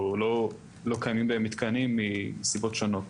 או לא קיימים בהם מתקנים מסיבות שונות,